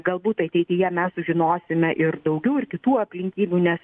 galbūt ateityje mes sužinosime ir daugiau ir kitų aplinkybių nes